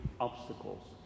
obstacles